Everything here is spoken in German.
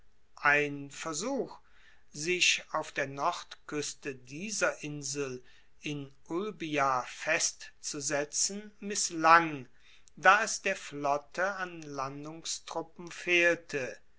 ein versuch sich auf der nordkueste dieser insel in ulbia festzusetzen misslang da es der flotte an landungstruppen fehlte